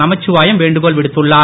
நமச்சிவாயம் வேண்டுகோள் விடுத்துள்ளார்